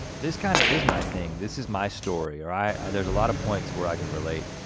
this kind of is my thing. this is my story, or i there's a lot of points where i can relate,